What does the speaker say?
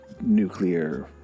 nuclear